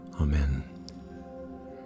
Amen